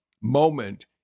moment